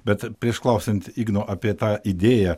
bet prieš klausiant igno apie tą idėją